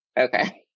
Okay